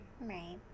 Right